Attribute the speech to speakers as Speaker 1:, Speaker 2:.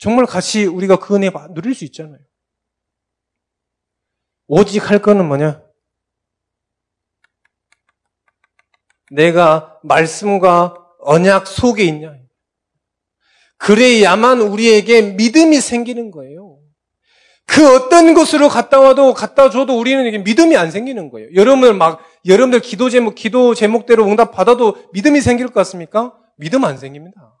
Speaker 1: 정말 같이 우리가 그 은혜 누릴 수 있잖아요. 오직 할 거는 뭐냐? 내가 말씀과 언약 속에 있냐? 그래야만 우리에게 믿음이 생기는 거예요. 그 어떤 곳으로 갔다 와도, 갔다 줘도 우리는 이렇게 믿음이 안 생기는 거예요. 여러분들 막, 여러분들 기도 제목, 기도 제목대로 응답받아도 믿음이 생길 것 같습니까? 믿음 안 생깁니다.